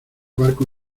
barco